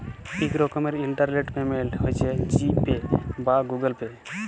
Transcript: ইক রকমের ইলটারলেট পেমেল্ট হছে জি পে বা গুগল পে